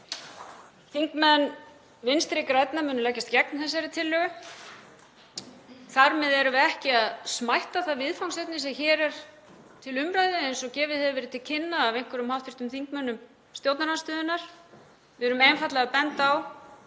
Þingmenn Vinstri grænna munu leggjast gegn þessari tillögu. Þar með erum við ekki að smætta það viðfangsefni sem hér er til umræðu, eins og gefið hefur verið til kynna af einhverjum hv. þingmönnum stjórnarandstöðunnar. Við erum einfaldlega að benda á